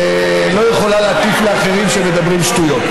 לא יכולה להטיף לאחרים שמדברים שטויות.